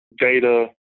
data